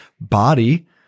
body